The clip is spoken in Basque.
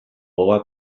gogoa